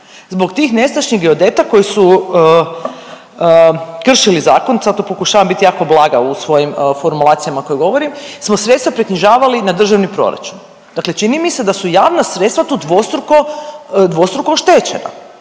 zbog tih nestašnih geodeta koji su kršili zakon, sad to pokušavam biti jako blaga u svojim formulacijama koje govorim smo sredstva preknjižavali na državni proračun, dakle mi se da su javna sredstva tu dvostruko oštećena.